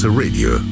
radio